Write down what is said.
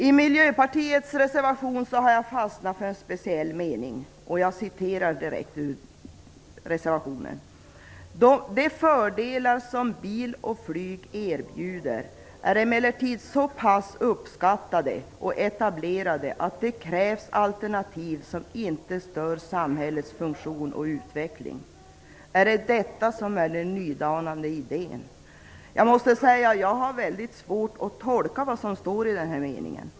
I Miljöpartiets reservation har jag fastnat för en speciell mening. Jag citerar: "De fördelar som bil och flyg erbjuder är emellertid så pass uppskattade och etablerade att det krävs alternativ som inte stör samhällets funktion och utveckling." Är det detta som är den nydanande idén? Jag måste säga säga att jag har väldigt svårt att tolka vad som står i den här meningen.